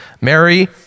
Mary